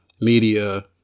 media